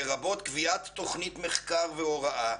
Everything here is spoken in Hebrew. לרבות קביעת תוכנית מחקר והוראה,